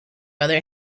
other